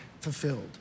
fulfilled